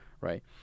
Right